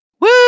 Woo